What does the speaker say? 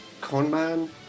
Conman